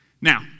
Now